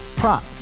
Prop